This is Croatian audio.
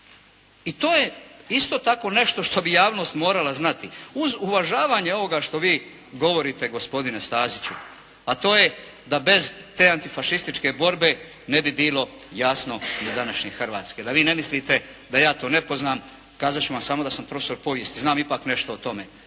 I to je isto tako nešto što bi javnost morala znati. Uz uvažavanje ovoga što vi govorite gospodine Staziću, a to je da bez te antifašističke borbe ne bi bilo jasno ni današnje Hrvatske. Da vi ne mislite da ja to ne poznam kazat ću vam samo da sam profesor povijesti. Znam ipak nešto o tome,